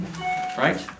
Right